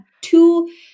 two